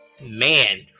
Man